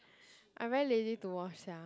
I very lazy to wash sia